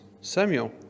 Samuel